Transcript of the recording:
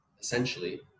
essentially